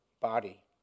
body